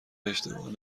اشتباه